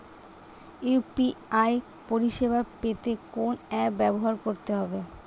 UPI পরিসেবা পেতে কোন অ্যাপ ব্যবহার করতে হবে?